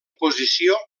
posició